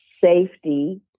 safety